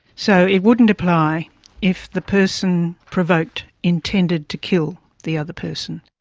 so, it wouldn't apply if the person provoked intended to kill the other person.